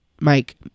Mike